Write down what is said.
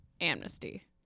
amnesty